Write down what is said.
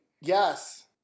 Yes